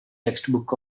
textbook